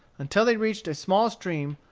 until they reached a small stream,